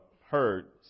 heard